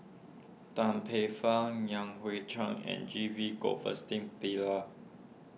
Tan Paey Fern Yan Hui Chang and G V Pillai